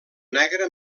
negre